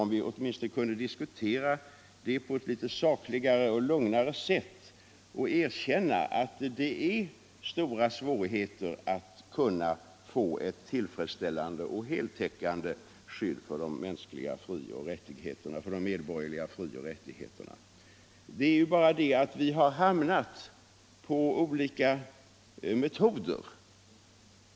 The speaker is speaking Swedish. Om vi åtminstone kunde diskutera det på ett litet sakligare och lugnare sätt och erkänna att det är stora svårigheter när det gäller att kunna få ett tillfredsställande och heltäckande skydd för de medborgerliga frioch rättigheterna. Det är ju bara det att vi har föreslagit olika metoder.